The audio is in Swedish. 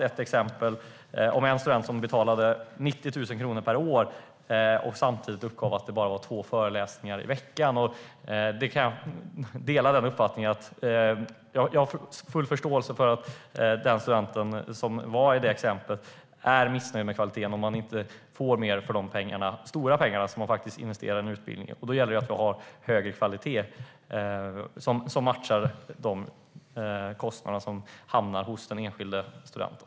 Ett exempel är den student som betalade 90 000 kronor per år och som uppgav att det var bara två föreläsningar i veckan. Jag har full förståelse för att den studenten var missnöjd med kvaliteten om han inte fick mer för de stora pengar som investerades i utbildningen. Det gäller att utbildningarna håller en kvalitet som matchar den kostnad som hamnar hos den enskilde studenten.